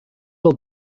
del